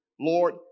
Lord